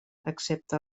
excepte